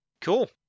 Cool